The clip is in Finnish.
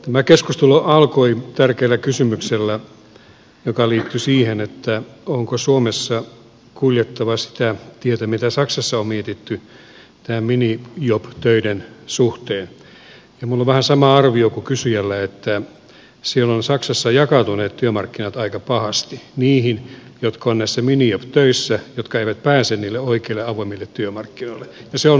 tämä keskustelu alkoi tärkeällä kysymyksellä joka liittyi siihen onko suomessa kuljettava sitä tietä mitä saksassa on mietitty näiden minijob töiden suhteen ja minulla on vähän sama arvio kuin kysyjällä että siellä saksassa ovat jakautuneet työmarkkinat aika pahasti niiden kannalta jotka ovat näissä minijob töissä jotka eivät pääse niille oikeille avoimille työmarkkinoille ja se on huono asia